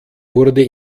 wurde